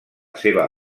seva